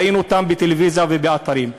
ראינו אותן בטלוויזיה ובאתרים.